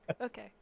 Okay